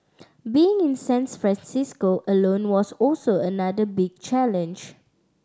being in San Francisco alone was also another big challenge